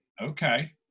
okay